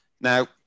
Now